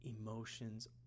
emotions